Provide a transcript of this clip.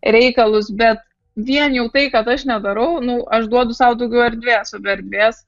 reikalus bet vien jau tai kad aš nedarau nu aš duodu sau daugiau erdvės erdvės